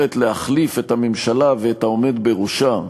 מתיימרת להחליף את הממשלה ואת העומד בראשה,